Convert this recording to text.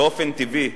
באופן טבעי,